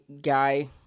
guy